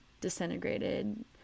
disintegrated